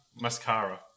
Mascara